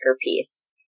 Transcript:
piece